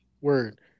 Word